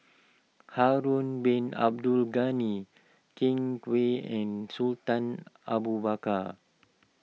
Harun Bin Abdul Ghani Ken Kwek and Sultan Abu Bakar